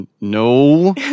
No